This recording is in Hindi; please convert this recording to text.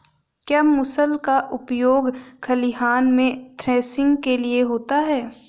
क्या मूसल का उपयोग खलिहान में थ्रेसिंग के लिए होता है?